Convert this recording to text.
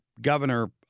governor